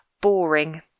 Boring